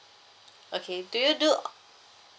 okay do you do